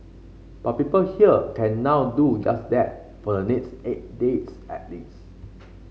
but people here can now do just that for the next eight days at least